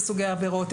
סוגי עבירות,